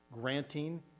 granting